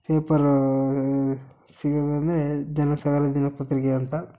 paper ಸಿಗೋದು ಅಂದರೆ ಜನಸಾಗರ ದಿನಪತ್ರಿಕೆ ಅಂತ